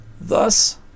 Thus